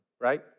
right